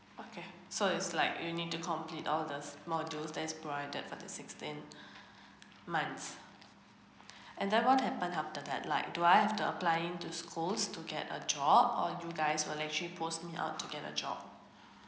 okay so it's like you need to complete all the modules that's provided for the sixteen months and then what happen after that like do I have to applying to schools to get a job or you guys were actually post me out to get a job